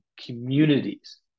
communities